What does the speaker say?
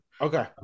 Okay